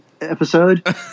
episode